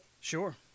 Sure